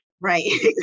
Right